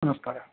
नमस्कारः